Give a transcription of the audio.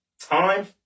time